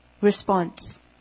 Response